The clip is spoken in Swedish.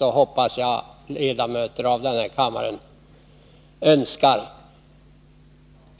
och, hoppas jag, även andra ledamöter av denna kammare önskar.